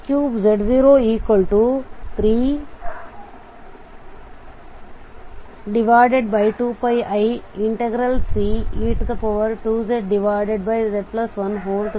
Cauchy ಸಮಗ್ರ ಸೂತ್ರವು f3z03